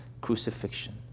crucifixion